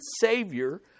Savior